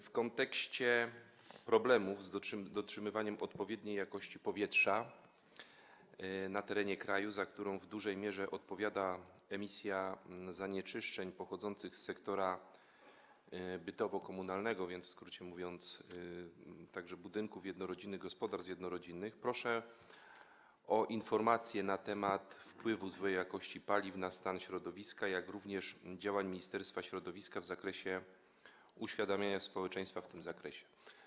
W kontekście problemów z utrzymywaniem odpowiedniej jakości powietrza na terenie kraju, za co w dużej mierze odpowiada emisja zanieczyszczeń pochodzących z sektora bytowo-komunalnego, więc w skrócie mówiąc, także budynków jednorodzinnych, gospodarstw jednorodzinnych, proszę o informację na temat wpływu paliw o złej jakości na stan środowiska, jak również działań Ministerstwa Środowiska mających na celu uświadamianie społeczeństwa w tym zakresie.